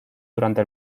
durante